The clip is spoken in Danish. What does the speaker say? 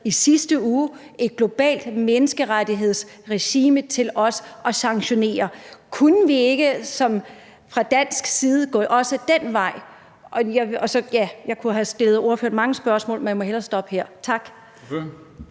i sidste uge vedtaget et globalt menneskerettighedsregime, så man også kan sanktionere. Kunne vi ikke fra dansk side også gå den vej? Jeg kunne have stillet ordføreren mange spørgsmål, men jeg må hellere stoppe her. Tak.